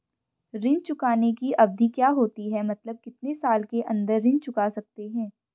ऋण चुकाने की अवधि क्या होती है मतलब कितने साल के अंदर ऋण चुका सकते हैं?